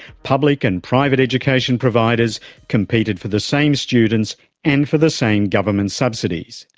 public and private education providers competed for the same students and for the same government subsidies.